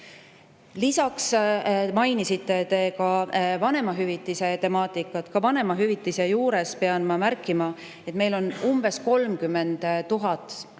Lisaks mainisite vanemahüvitise temaatikat. Ka vanemahüvitise juures pean ma märkima, et meil on umbes 30 000 perekonda,